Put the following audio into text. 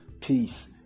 Peace